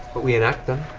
but we enact them,